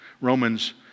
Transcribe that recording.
Romans